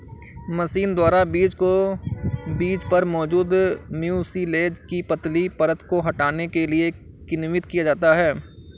machine द्वारा बीज को बीज पर मौजूद म्यूसिलेज की पतली परत को हटाने के लिए किण्वित किया जाता है